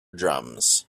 drums